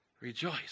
Rejoice